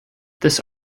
this